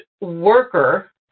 worker